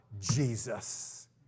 Jesus